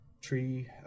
tree